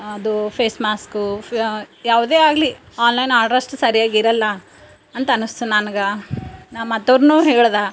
ಅದು face mask ಯಾವುದೇ ಆಗಲಿ ಆನ್ಲೈನ್ ಆರ್ಡ್ರ್ ಅಷ್ಟು ಸರ್ಯಾಗಿರೋಲ್ಲ ಅಂತ ಅನಿಸ್ತು ನನ್ಗೆ ನಾನು ಮತ್ತೋರ್ಗೂ ಹೇಳ್ದೆ